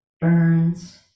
burns